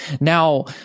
Now